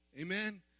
Amen